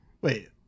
Wait